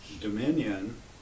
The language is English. dominion